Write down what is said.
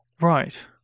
right